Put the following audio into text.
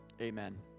Amen